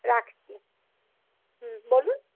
রাখছি হুম বলুন